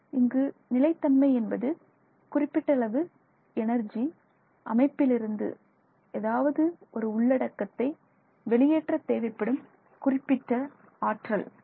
இங்கு நிலைத்தன்மை என்பது குறிப்பிட்ட அளவு எனர்ஜி அமைப்பிலிருந்து ஏதாவது ஒரு உள்ளடக்கத்தை வெளியேற்ற தேவைப்படும் குறிப்பிட்ட ஆற்றல் ஆகும்